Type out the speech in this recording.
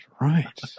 right